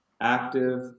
active